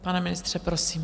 Pane ministře, prosím.